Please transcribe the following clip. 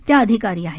त्या अधिकारी आहेत